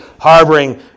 harboring